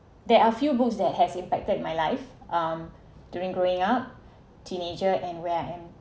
there are a few books that has impacted my life um during growing up teenager and where I am